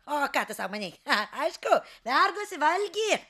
o ką tu sąmonėje aišku verdasi valgį